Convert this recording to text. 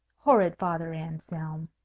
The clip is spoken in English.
horrid father anselm!